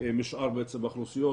משאר האוכלוסיות,